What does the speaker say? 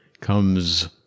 comes